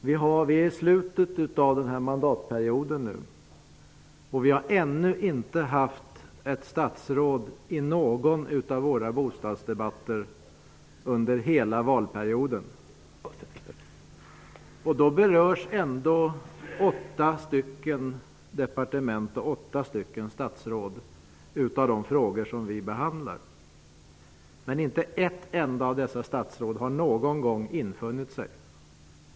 Vi är nu i slutet av denna mandatperiod, och vi har inte haft ett statsråd närvarande vid någon av våra bostadsdebatter under hela valperioden. Ändå berörs åtta departement och åtta statsråd av de frågor som vi behandlar. Men inte ett enda av dessa statsråd har någon gång infunnit sig.